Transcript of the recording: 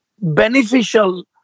beneficial